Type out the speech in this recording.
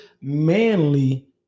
manly